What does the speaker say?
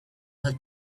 had